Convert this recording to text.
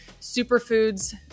superfoods